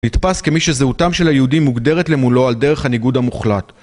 נתפס כמי שזהותם של היהודים מוגדרת למולו על דרך הניגוד המוחלט.